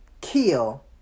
kill